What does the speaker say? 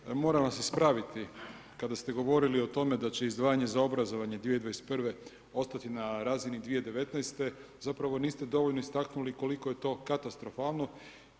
Kolega Grbin, moram vas ispraviti kada ste govorili o tome da će izdvajanje za obrazovanje 2021. ostati na razini 2019., zapravo niste dovoljno istaknuli koliko je to katastrofalno